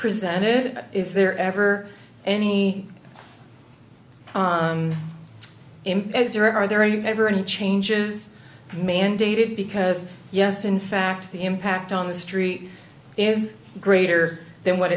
presented is there ever any it's or are there any ever any changes mandated because yes in fact the impact on the street is greater than what